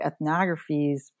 ethnographies